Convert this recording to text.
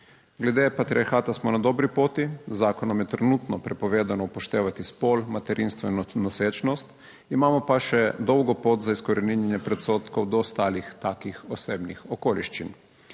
Glede patriarhata smo na dobri poti. Z zakonom je trenutno prepovedano upoštevati spol, materinstvo, nosečnost, imamo pa še dolgo pot za izkoreninjenje predsodkov do ostalih takih osebnih okoliščin.